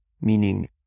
meaning